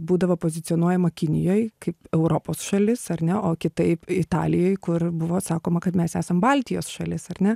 būdavo pozicionuojama kinijoj kaip europos šalis ar ne o kitaip italijoj kur buvo sakoma kad mes esam baltijos šalis ar ne